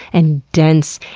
and dense,